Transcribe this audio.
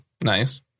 nice